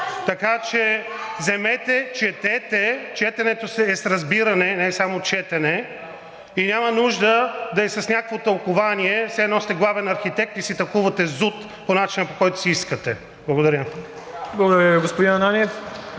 Така че вземете, четете. Четенето е с разбиране, не е само четене и няма нужда да е с някакво тълкувание – все едно сте главен архитект и си тълкувате ЗУТ по начина, по който си искате! Благодаря. (Ръкопляскания